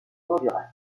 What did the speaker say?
honduras